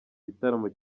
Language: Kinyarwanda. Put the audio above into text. gitaramo